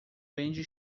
vende